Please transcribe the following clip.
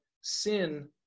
sin